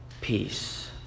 peace